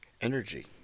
energy